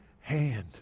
hand